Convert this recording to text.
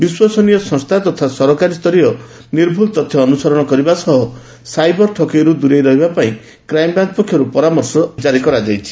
ବିଶ୍ୱସନୀୟ ସଂସ୍ଚା ତଥା ସରକାରୀ ତଥ୍ୟ ଅନୁସରଣ କରିବା ସହ ସାଇବର୍ ଠକେଇରୁ ଦୂରେଇ ରହିବାପାଇଁ କ୍ରାଇମ୍ ବ୍ରାଞ୍ ପକ୍ଷରୁ ପରାମର୍ଶ ଜାରି କରାଯାଇଛି